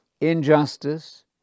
injustice